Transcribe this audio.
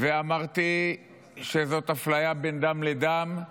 ואמרתי שזאת אפליה בין דם לדם,